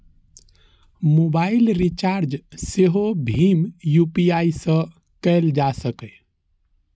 mobile recharge सेहो भीम UPI सं कैल जा सकैए